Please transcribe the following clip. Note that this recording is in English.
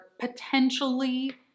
potentially